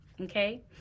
Okay